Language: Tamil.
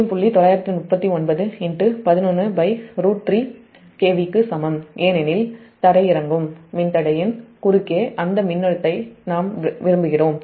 939 11√3 KV க்கு சமம் ஏனெனில் தரையிறங்கும் மின்தடையின் குறுக்கே அந்த மின்னழுத்தத்தை நாங்கள் விரும்புகிறோம்